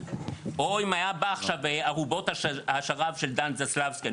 או אם היה בא עכשיו ארובות השרב של דן זסלבסקי.